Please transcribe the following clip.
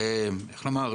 איך לומר,